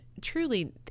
truly